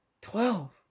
twelve